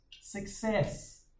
success